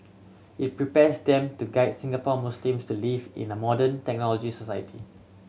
it prepares them to guide Singapore Muslims to live in a modern technological society